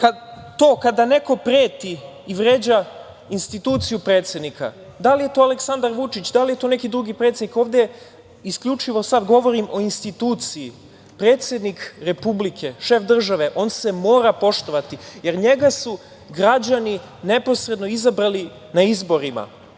to kada neko preti i vređa instituciju predsednika. Da li je to Aleksandar Vučić, da li je to neki drugi predsednik, ovde isključivo sada govorim o instituciji, predsednik Republike, šef države, on se mora poštovati, jer njega su građani neposredno izabrali na izborima. Pre